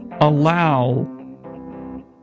allow